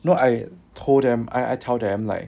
no I told them I I tell them like